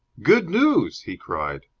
good news! he cried.